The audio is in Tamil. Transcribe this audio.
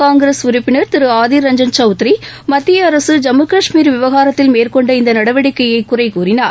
காங்கிரஸ் உறுப்பினர் திருஆதிர் ரஞ்சன் சௌத்ரி மத்தியஅரசு ஜம்மு கஷ்மீர் விவகாரத்தில் மேற்கொண்ட இந்தநடவடிக்கையைகுறைகூறினார்